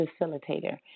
facilitator